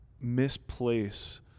misplace